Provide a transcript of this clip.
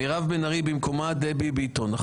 מירב בן ארי במקומה דבי ביטון.